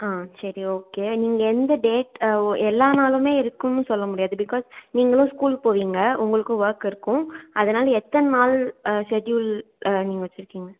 சரி ஓகே நீங்கள் எந்த டேட் ஓ எல்லா நாளுமே இருக்கும்ன்னு சொல்ல முடியாது பிகாஸ் நீங்களும் ஸ்கூல் போவீங்க உங்களுக்கும் ஒர்க் இருக்கும் அதனால் எத்தனை நாள் ஷெடியூல் நீங்கள் வச்சிருக்கிங்க